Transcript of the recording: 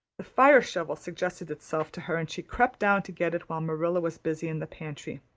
the fire shovel suggested itself to her and she crept down to get it while marilla was busy in the pantry.